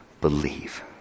believe